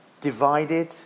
divided